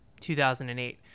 2008